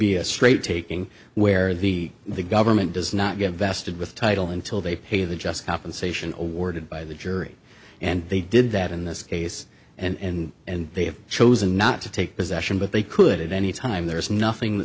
be a straight taking where the the government does not get vested with title until they pay the just compensation awarded by the jury and they did that in this case and and they have chosen not to take possession but they could at any time i'm there's nothing